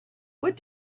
what